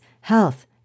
health